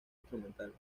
instrumentales